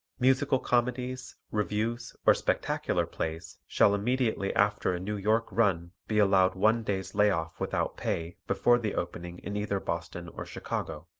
musical comedies, revues or spectacular plays shall immediately after a new york run be allowed one day's lay-off without pay before the opening in either boston or chicago.